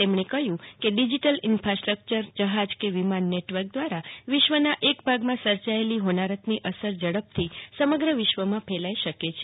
તેમણેકહ્યું કે ડિજિટલઈન્ફાસ્ટ્રક્ચર જ્રહાજ કેવિમાન નેટવર્ક દ્વારા વિશ્વના એક ભાગમાં સર્જાયેલી હોનારતની સર ઝડપથી સમગ્ર વિશ્વમાં ફેલાઈ શકે છે